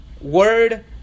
word